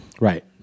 Right